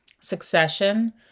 succession